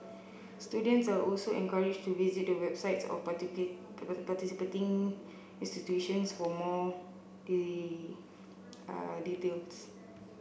students are also encouraged to visit the websites of participating institutions for more details